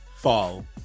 Fall